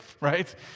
right